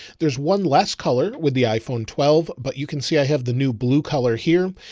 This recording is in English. there's one less color with the iphone twelve, but you can see, i have the new blue color here.